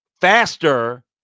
faster